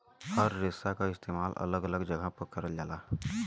हर रेसा क इस्तेमाल अलग अलग जगह पर करल जाला